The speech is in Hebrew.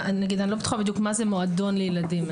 בדיוק בטוחה מה זה מועדון לילדים.